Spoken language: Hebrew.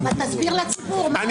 תסביר לציבור מה הנוהל.